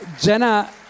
Jenna